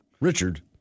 Richard